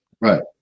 Right